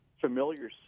familiar